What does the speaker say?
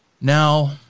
Now